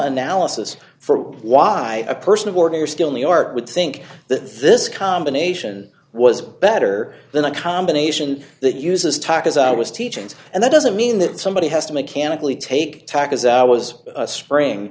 analysis for why a person of ordinary still new york would think that this combination was better than a combination that uses talk as i was teaching and that doesn't mean that somebody has to mechanically take tack as was spring